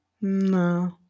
No